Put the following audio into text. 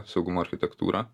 saugumo architektūra